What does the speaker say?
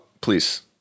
please